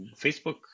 Facebook